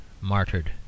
martyred